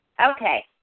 Okay